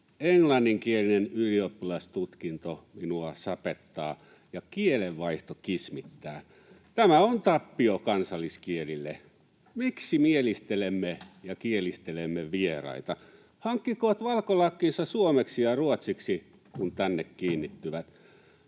englanninkielinen ylioppilastutkinto minua sapettaa ja kielenvaihto kismittää. Tämä on tappio kansalliskielille. Miksi mielistelemme ja kielistelemme vieraita? Hankkikoot valkolakkinsa suomeksi ja ruotsiksi, kun tänne kiinnittyvät.